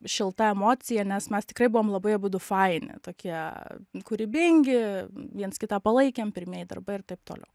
šilta emocija nes mes tikrai buvom labai abudu faini tokie kūrybingi viens kitą palaikėm pirmieji darbai ir taip toliau